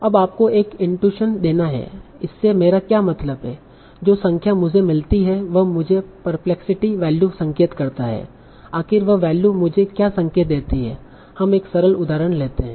अब आपको एक इन्टूसन देना है इससे मेरा क्या मतलब है जो संख्या मुझे मिलती है वह मुझे परप्लेक्सिटी वैल्यू संकेत करता है आखिर वह वैल्यू मुझे क्या संकेत देती है हम एक सरल उदाहरण लेते हैं